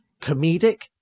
comedic